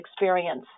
experience